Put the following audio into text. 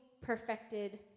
perfected